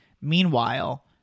Meanwhile